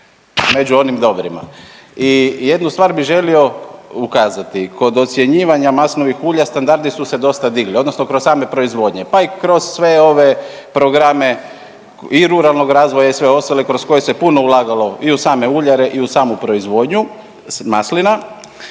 među onim dobrima. I jednu stvar bih želio ukazati. Kod ocjenjivanja maslinovih ulja standardi su se dosta digli, odnosno kroz same proizvodnje, pa i kroz sve ove programe i ruralnog razvoja i sve ostale kroz koje se puno ulagalo i u same uljare i u samu proizvodnju maslina.